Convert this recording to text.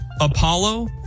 Apollo